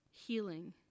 healing